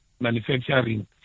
manufacturing